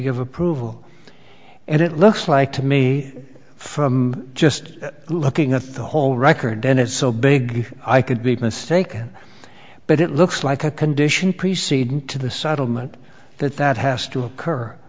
give approval and it looks like to me from just looking at the whole record and it's so big i could be mistaken but it looks like a condition preceding to the subtle moment that that has to occur